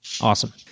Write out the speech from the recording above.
Awesome